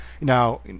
now